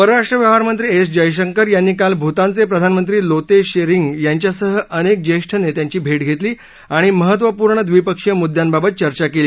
परराष्ट्र व्यवहार मंत्री एस जयशंकर यांनी काल भूतानचे प्रधानमंत्री लोते शेरींग यांच्यासह अनेक ज्येष्ठ नेत्यांची भेट घेतली आणि महत्वपूर्ण द्वीपक्षीय मुद्द्यांबाबत चर्चा केली